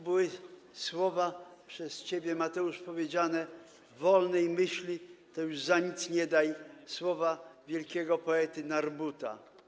były słowa przez ciebie, Mateuszu, powiedziane: wolnej myśli to już za nic nie daj, słowa wielkiego poety Narbutta.